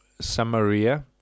Samaria